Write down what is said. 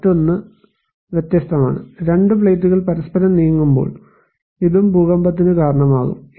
മറ്റൊന്ന് വ്യത്യസ്തമാണ് രണ്ട് പ്ലേറ്റുകൾ പരസ്പരം നീങ്ങുമ്പോൾ ഇതും ഭൂകമ്പത്തിന് കാരണമാകും